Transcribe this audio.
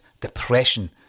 depression